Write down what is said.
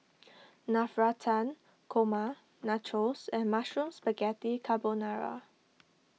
Navratan Korma Nachos and Mushroom Spaghetti Carbonara